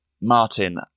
Martin